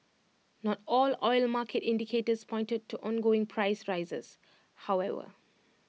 not all oil market indicators pointed to ongoing price rises however